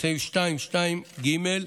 בסעיף 2(2)(ג)